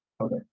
Okay